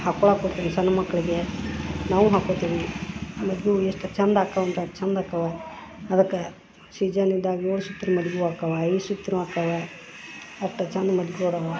ಹಾಕ್ಕೊಳಕೆ ಕೊಡ್ತೀವಿ ಸಣ್ಣ್ ಮಕ್ಕಳಿಗೆ ನಾವು ಹಾಕೊತೀವಿ ಆಮೇಲೆ ಹೂವು ಎಷ್ಟು ಚಂದ ಆಕವಂದ್ರ ಚಂದ ಅಕ್ಕವ ಅದಕ್ಕೆ ಶೀಜನ್ ಇದ್ದಾಗ ಏಳು ಸುತ್ತಿನ ಮಲ್ಗೆ ಹೂ ಆಕ್ಕವ ಆಕ್ಕವ ಅಟ್ಟು ಚಂದ ಮಲ್ಗೆ ಹೂ ಅದಾವ